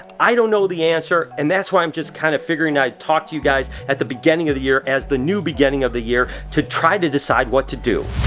i don't know the answer, and that's why i'm just kinda kind of figuring i'd talk to you guys at the beginning of the year, as the new beginning of the year to try to decide what to do.